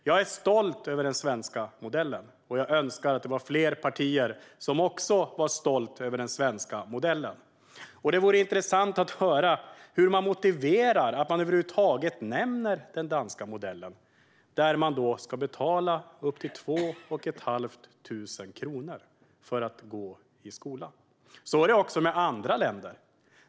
Jag är stolt över den svenska modellen, och jag önskar att fler partier också var stolta över den svenska modellen. Det vore intressant att höra hur man motiverar att man över huvud taget nämner den danska modellen, där man ska betala upp till två och ett halvt tusen kronor för att gå i skolan. Så är det också med andra länder.